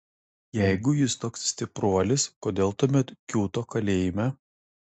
jeigu jis toks stipruolis kodėl tuomet kiūto kalėjime